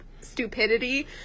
stupidity